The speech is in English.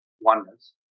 oneness